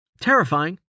Terrifying